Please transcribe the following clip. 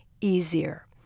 Easier